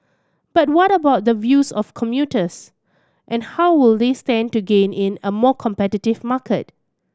but what about the views of commuters and how will they stand to gain in a more competitive market